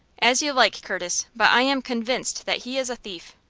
as you like, curtis but i am convinced that he is a thief.